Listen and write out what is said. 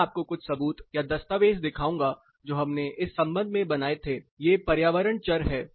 मैं आपको कुछ सबूत या दस्तावेज दिखाऊंगा जो हमने इस संबंध में बनाए थे ये पर्यावरण चर हैं